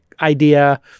idea